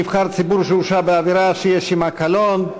נבחר ציבור שהורשע בעבירה שיש עמה קלון).